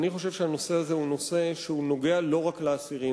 אני חושב שהנושא הזה הוא נושא שנוגע לא רק לאסירים.